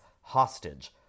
Hostage